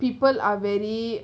people are very